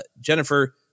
Jennifer